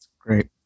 Great